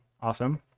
awesome